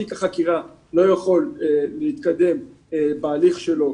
תיק החקירה לא יכול להתקדם בהליך שלו,